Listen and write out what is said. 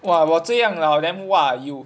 !wah! 我这样老 then !wah! you